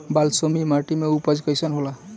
बालसुमी माटी मे उपज कईसन होला?